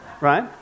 right